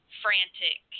frantic